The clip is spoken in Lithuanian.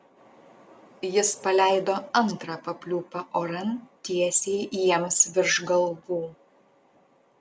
jis paleido antrą papliūpą oran tiesiai jiems virš galvų